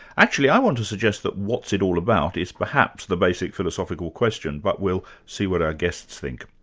actually i want to suggest that what's it all about is perhaps the basic philosophical question, but we'll see what our guests think.